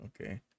Okay